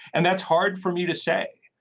and that's hard for me to say.